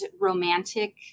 romantic